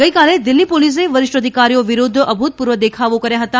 ગઇકાલે દિલ્ફી પોલીસે વરિષ્ઠ અધિકારીઓ વિરૂદ્ધ અભૂતપૂર્વ દેખાવો કર્યા હતા